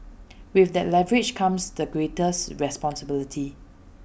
with that leverage comes the greatest responsibility